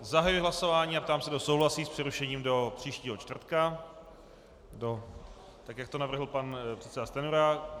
Zahajuji hlasování a ptám se, kdo souhlasí s přerušením do příštího čtvrtka, tak jak to navrhl předseda Stanjura.